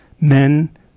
men